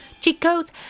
Chico's